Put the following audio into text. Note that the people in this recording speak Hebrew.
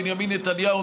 בנימין נתניהו,